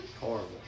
Horrible